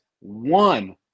one